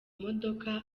modoka